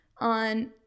on